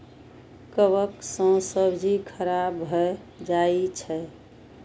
कवक सं सब्जी खराब भए जाइ छै